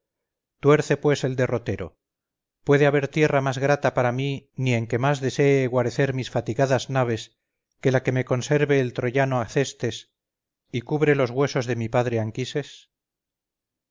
tuerce pues el derrotero puede haber tierra más grata para mí ni en que más desee guarecer mis fatigadas naves que la que me conserve el troyano acestes y cubre los huesos de mi padre anquises